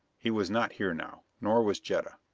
he was not here now, nor was jetta.